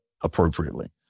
appropriately